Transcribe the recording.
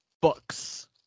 books